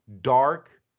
dark